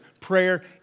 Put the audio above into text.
Prayer